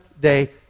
day